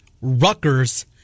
Rutgers